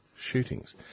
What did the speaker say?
shootings